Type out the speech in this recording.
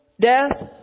death